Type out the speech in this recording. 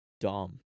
dumb